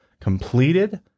completed